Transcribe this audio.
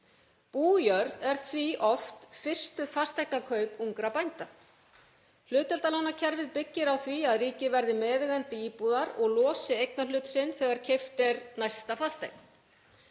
Bújörð er því oft fyrstu fasteignakaup ungra bænda. Hlutdeildarlánakerfið byggir á því að ríkið verði meðeigandi íbúðar og losi eignarhlut sinn þegar keypt er næsta fasteign.